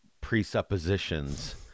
presuppositions